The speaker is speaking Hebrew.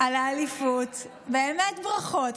באמת ברכות.